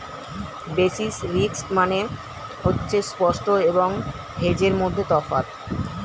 basis risk মানে হচ্ছে spot এবং হেজের মধ্যে তফাৎ